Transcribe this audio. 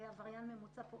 זה עבריין ממוצע.